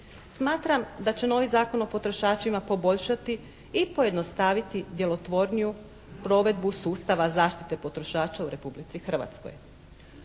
Smatram da će novi Zakon o potrošačima poboljšati i pojednostaviti djelotvorniju provedbu sustava zaštite potrošača u Republici Hrvatskoj.